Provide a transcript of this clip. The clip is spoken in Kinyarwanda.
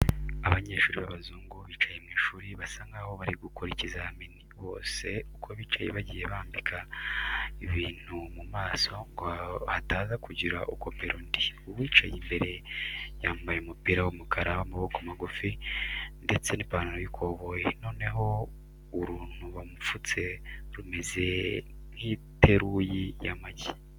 Abanyeshuri b'abazungu bicaye mu ishuri basa nkaho bari gukora ikizamini, bose uko bicaye bagiye babambika ibintu mu maso ngo hataza kugira ukopera undi. Uwicaye imbere yambaye umupira w'umukara w'amaboko magufi ndetse n'ipantaro y'ikoboyi, noneho uruntu bamupfutse rumeze nk'iteruyi y'amagi.